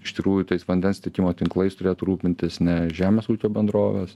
iš tikrųjų tais vandens tiekimo tinklais turėtų rūpintis ne žemės ūkio bendrovės